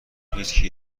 هیچکی